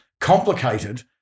complicated